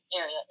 area